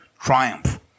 Triumph